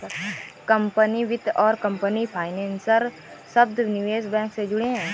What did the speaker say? company वित्त और company financer शब्द निवेश बैंक से जुड़े हैं